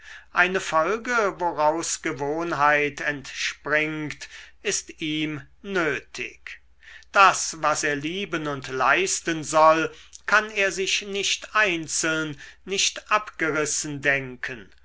eine folge woraus gewohnheit entspringt ist ihm nötig das was er lieben und leisten soll kann er sich nicht einzeln nicht abgerissen denken